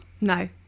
No